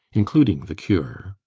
including the cure?